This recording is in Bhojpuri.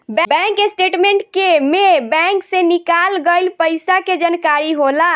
बैंक स्टेटमेंट के में बैंक से निकाल गइल पइसा के जानकारी होला